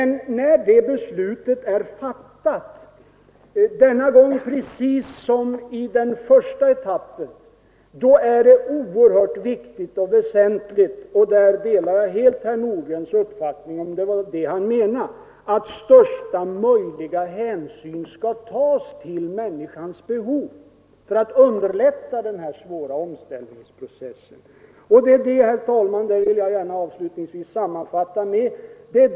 När beslutet är fattat, denna gång precis som i den första etappen, är det oerhört väsentligt — där delar jag helt herr Nordgrens uppfattning, om det var så han menade — att största möjliga hänsyn skall tas till människans behov för att underlätta denna svåra omställningsprocess. Det är det, herr talman, jag tycker att vi hittills har gjort.